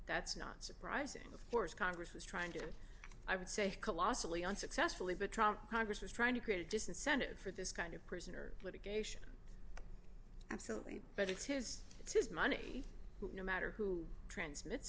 that's not surprising of course congress was trying to i would say colossally unsuccessfully betroth congress was trying to create a disincentive for this kind of prisoner litigation absolutely but it's his it's his money no matter who transmits